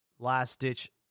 Last-ditch